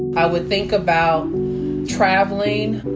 i would think about traveling,